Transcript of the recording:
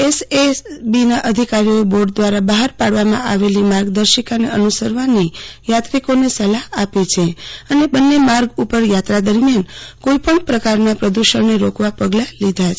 એસએએસબીના અધિકારીઓએ બોર્ડ દ્વારા બહાર પાડવામાં આવેલી માર્ગદર્શિકાને અનુસરવા યાત્રીઓને સલાહ આપી છે અને બંને માર્ગો ઉપર યાત્રા દરમિયાન કોઈપણ પ્રકારના પ્રદૂષણને રોકવા પગલા લીધા છે